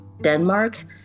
Denmark